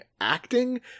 acting